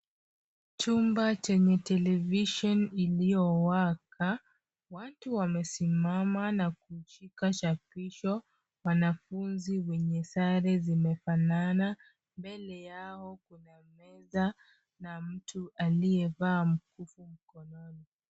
Chumba chenye television iliyowaka, watu wamesimama na kushika chapisho. Wanafunzi wenye sare zimefanana mbele yao kuna meza na mtu aliyevaa mkufu mkononi.